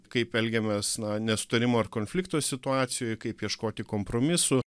kaip elgiamės na nesutarimo ar konflikto situacijoj kaip ieškoti kompromisų